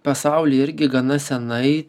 pasauly irgi gana senai